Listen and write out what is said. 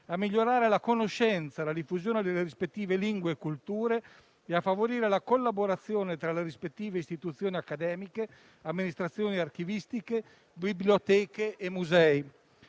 a migliorare la conoscenza e la diffusione delle rispettive lingue e culture e a favorire la collaborazione tra le rispettive istituzioni accademiche, amministrazioni archivistiche, biblioteche e musei.